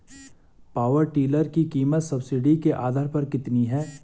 Power tiller की कीमत subsidy के आधार पर कितनी है?